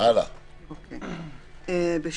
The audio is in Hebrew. "הגבלת